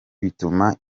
bituma